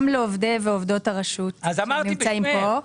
גם לעובדי ועובדות הרשות שנמצאים פה,